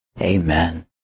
Amen